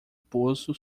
poço